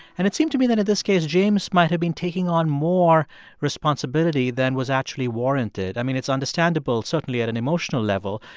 and it seemed to me that, in this case, james might have been taking on more responsibility than was actually warranted. i mean, it's understandable, certainly, at an emotional level.